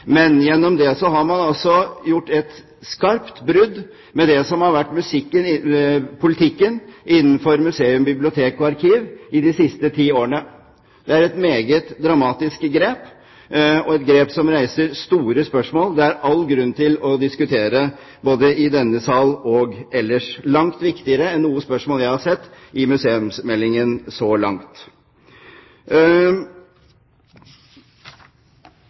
har man altså gjort et skarpt brudd med det som har vært politikken innenfor museum, bibliotek og arkiv de siste ti årene. Det er et meget dramatisk grep som reiser store spørsmål det er all grunn til å diskutere både i denne sal og ellers – langt viktigere spørsmål enn noen jeg har sett i museumsmeldingen så langt.